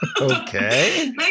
okay